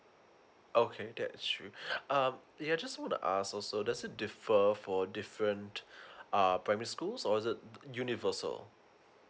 okay that's um yeah just wanna ask also does it defer for different uh primary school so is it universal